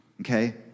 okay